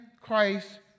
Christ